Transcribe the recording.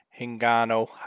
Hingano